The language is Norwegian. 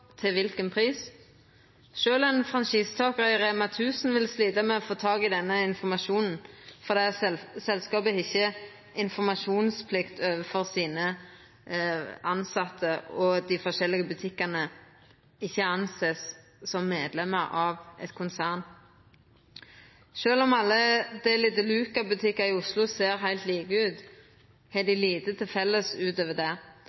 til kva pris. Sjølv ein franchisetakar i REMA 1000 vil slita med å få tak i denne informasjonen, fordi selskapet ikkje har informasjonsplikt overfor dei tilsette, og dei forskjellige butikkane ikkje vert sett på som medlemer av eit konsern. Sjølv om alle Deli de Luca-butikkar i Oslo ser heilt like ut, har dei lite til felles ut over det.